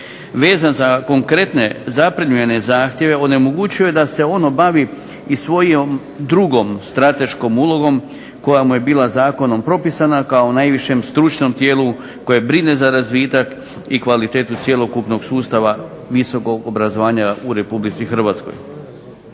vezan za konkretne zaprimljene zahtjeve onemogućuje da se ono bavi i svojom drugom strateškom ulogom koja mu je bila zakonom propisana kao najvišem stručnom tijelu koje brine za razvitak i kvalitetu cjelokupnog sustava visokog obrazovanja u Republici Hrvatskoj.